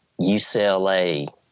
UCLA